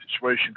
situation